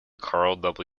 carl